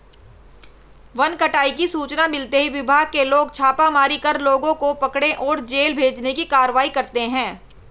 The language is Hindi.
वन कटाई की सूचना मिलते ही विभाग के लोग छापेमारी कर लोगों को पकड़े और जेल भेजने की कारवाई करते है